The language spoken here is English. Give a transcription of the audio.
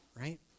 right